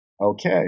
okay